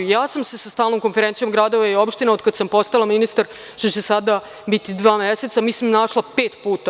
Ja sam se sa Stalnom konferencijom gradova i opština, od kada sam postala ministar, sada će biti dva meseca, našla pet puta.